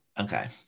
okay